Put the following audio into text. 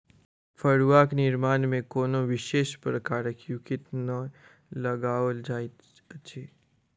फड़ुआक निर्माण मे कोनो विशेष प्रकारक युक्ति नै लगाओल जाइत अछि